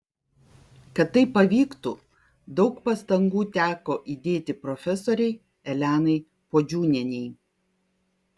kad tai pavyktų daug pastangų teko įdėti profesorei elenai puodžiūnienei